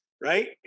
right